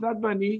אסנת ואני,